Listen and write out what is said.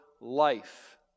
life